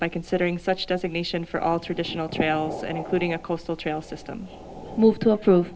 by considering such as ignition for all traditional trails and including a coastal trail system move to approve